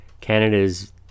Canada's